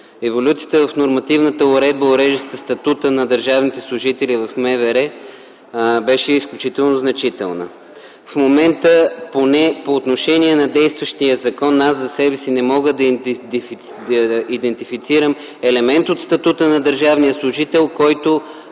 еволюцията в нормативната уредба, уреждаща статута на държавните служители в МВР, беше изключително значителна. В момента поне по отношение на действащия закон за себе си не мога да идентифицирам елемент от статута на държавния служител, който